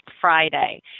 Friday